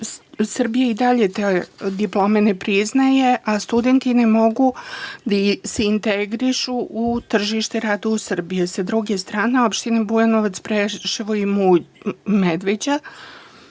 Srbija i dalje te diplome ne priznaje, a studenti ne mogu da se integrišu u tržište rada u Srbiji. Sa druge strane, opštine Bujanovac, Preševo i Medveđa